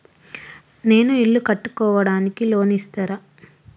నేను ఇల్లు కట్టుకోనికి లోన్ ఇస్తరా?